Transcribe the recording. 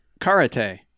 karate